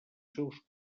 seus